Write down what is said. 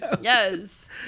yes